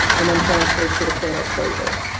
and then transferred to the pit at closure.